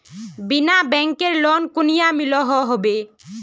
बिना बैंकेर लोन कुनियाँ मिलोहो होबे?